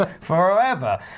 forever